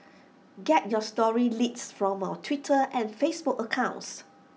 get your story leads from our Twitter and Facebook accounts